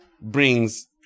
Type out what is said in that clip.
brings